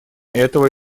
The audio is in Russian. этого